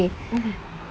oh my god